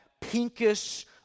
pinkish